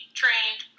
trained